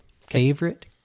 favorite